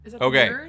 Okay